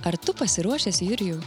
ar tu pasiruošęs jurijau